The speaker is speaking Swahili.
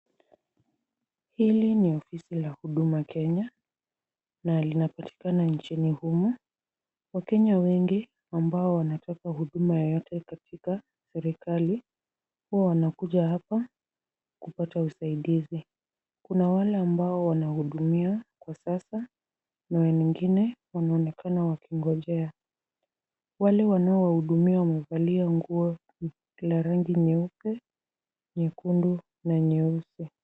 Hili ni ofisi la huduma Kenya na linapatikana nchini humu. Wakenya wengi ambao wanataka huduma yoyote katika serikali huwa wanakuja hapa kupata usaidizi. Kuna wale ambao wanahudumiwa kwa sasa na wengine wanaonekana wakingonjea. Wale wanao wahudumia wamevalia nguo la rangi nyeupe, nyekundu na nyeusi.